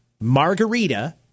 margarita